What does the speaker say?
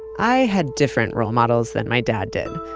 i had different role models than my dad did.